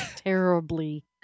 terribly